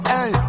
Hey